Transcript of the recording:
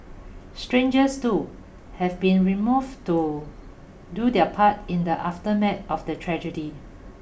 strangers too have been removed to do their part in the after mat of the tragedy